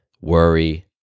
worry